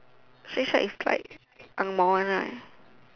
shake shack is like angmoh more one right